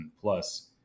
plus